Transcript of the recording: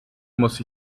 muss